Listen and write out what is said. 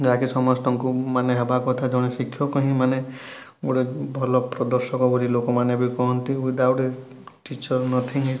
ଯାହା କି ସମସ୍ତଙ୍କୁ ମାନେ ହେବା କଥା ଜଣେ ଶିକ୍ଷକ ହିଁ ମାନେ ଗୋଟେ ଭଲ ପ୍ରଦର୍ଶକ ବୋଲି ଲୋକମାନେ ବି କହନ୍ତି without a teacher nothing is